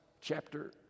chapter